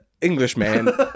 Englishman